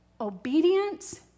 Obedience